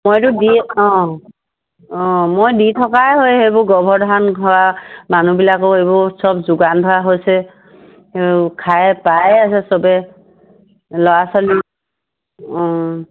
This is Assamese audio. মইতো দি অঁ অঁ মই দি থকাই হয় সেইবোৰ গৰ্ভধাৰণ হোৱা মানুহবিলাকো এইবোৰ চব যোগান ধৰা হৈছে খাই পায়ে আছে চবে ল'ৰা ছোৱালী অঁ